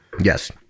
Yes